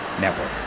network